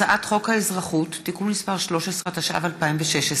הצעת חוק האזרחות (תיקון מס' 13), התשע"ו 2016,